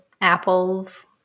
apples